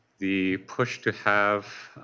the push to have